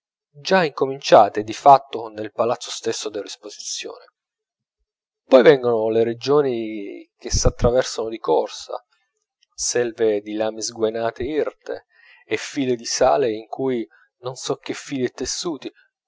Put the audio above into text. già incominciate di fatto nel palazzo stesso dell'esposizione poi vengono le regioni che s'attraversano di corsa selve di lame sguainate e irte e file di sale in cui non son che fili e tessuti